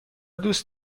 دوست